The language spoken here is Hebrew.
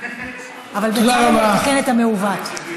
אבל בצלאל יתקן את המעוות.